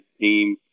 team